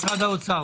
משרד האוצר,